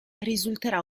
risulterà